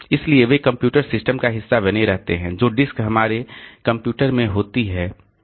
इसलिए वे computer system का हिस्सा बने रहते हैं जो डिस्क हमारे कंप्यूटर में होती है